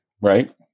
Right